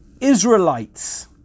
Israelites